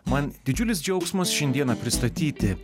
man didžiulis džiaugsmas šiandieną pristatyti